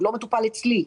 הוא לא מטופל אצלי.